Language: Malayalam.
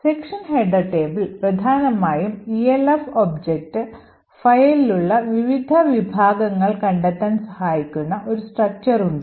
section header tableൽ പ്രധാനമായും ELF ഒബ്ജക്റ്റ് ഫയലിലുളള വിവിധ വിഭാഗങ്ങൾ കണ്ടെത്താൻ സഹായിക്കുന്ന ഒരു structure ഉണ്ട്